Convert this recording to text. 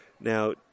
Now